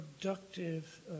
productive